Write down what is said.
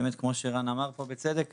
באמת כמו שרן אמר פה בצדק,